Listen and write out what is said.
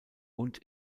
und